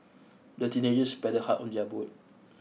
the teenagers paddled hard on their boat